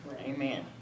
Amen